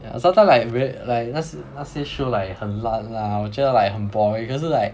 yeah sometimes like re~ like 那些那些 show like 很烂 lah 我觉得 like 很 boring 可是 like